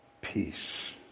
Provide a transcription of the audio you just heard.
peace